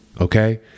okay